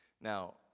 Now